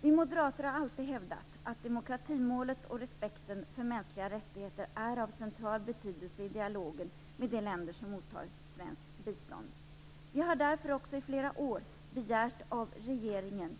Vi moderater har alltid hävdat att demokratimålet och respekten för mänskliga rättigheter är av central betydelse i dialogen med de länder som tar emot svenskt bistånd. Vi har därför också i flera år begärt av regeringen